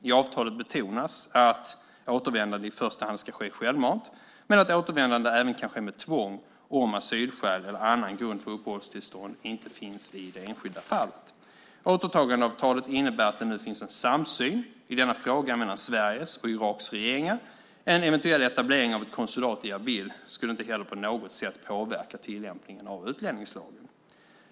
I avtalet betonas att återvändande i första hand ska ske självmant men att återvändande även kan ske med tvång om asylskäl eller annan grund för uppehållstillstånd inte finns i det enskilda fallet. Återtagandeavtalet innebär att det nu finns en samsyn i denna fråga mellan Sveriges och Iraks regeringar. En eventuell etablering av ett konsulat i Erbil skulle inte heller på något sätt påverka tillämpningen av utlänningslagen.